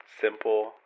Simple